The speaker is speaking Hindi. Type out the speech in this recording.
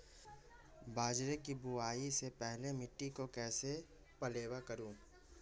बाजरे की बुआई से पहले मिट्टी को कैसे पलेवा करूं?